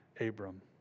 Abram